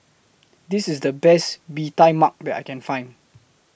This IS The Best Bee Tai Mak that I Can Find